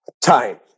Time